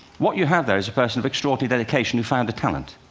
what you have there is a person of extraordinary dedication who found a talent.